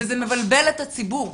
וזה מבלבל את הציבור.